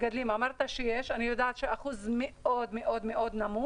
אמרת שיש, אני יודעת שזה אחוז מאוד מאוד נמוך.